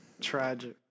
Tragic